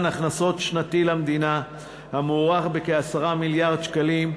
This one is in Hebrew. הכנסות שנתי למדינה המוערך ב-10 מיליארד שקלים,